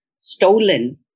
stolen